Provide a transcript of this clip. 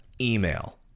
email